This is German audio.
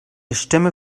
stimme